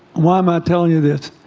why am i telling you this?